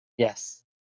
Yes